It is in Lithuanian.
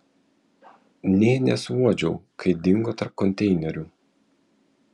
nė nesuuodžiau kai dingo tarp konteinerių